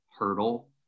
hurdle